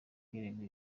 kwirega